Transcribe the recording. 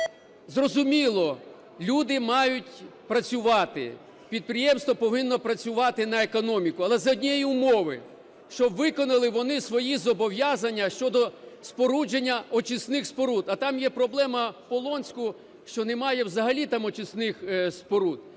зрозуміло, люди мають працювати. Підприємство повинно працювати на економіку, але за однієї умови: щоб виконали вони свої зобов'язання щодо спорудження очисних споруд. А там є проблема, в Полонську, що немає взагалі там очисних споруд.